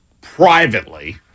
privately